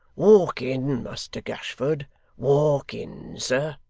walk in, muster gashford walk in, sir